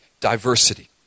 diversity